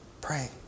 Pray